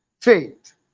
faith